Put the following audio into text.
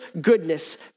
goodness